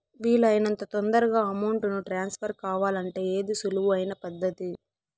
వీలు అయినంత తొందరగా అమౌంట్ ను ట్రాన్స్ఫర్ కావాలంటే ఏది సులువు అయిన పద్దతి